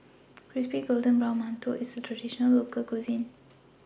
Crispy Golden Brown mantou IS A Traditional Local Cuisine